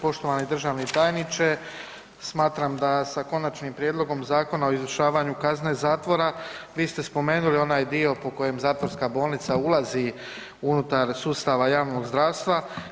Poštovani državni tajniče, smatram da sa Konačnim prijedlogom zakona o izvršavanju kazne zatvora vi ste spomenuli onaj dio po kojem zatvorska bolnica ulazi unutar sustava javnog zdravstva.